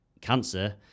cancer